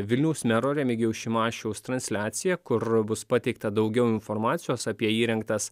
vilniaus mero remigijaus šimašiaus transliaciją kur bus pateikta daugiau informacijos apie įrengtas